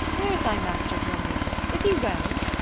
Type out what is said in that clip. where is thy master, dromio? is he well?